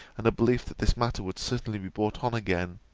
and a belief that this matter would certainly be brought on again.